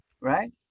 right